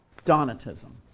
donatism,